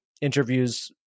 interviews